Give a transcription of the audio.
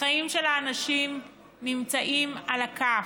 החיים של האנשים נמצאים על הכף.